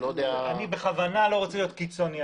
אני לא רוצה להיות קיצוני.